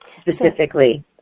specifically